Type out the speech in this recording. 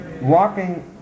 walking